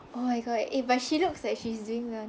oh my god eh but she looks like she's doing well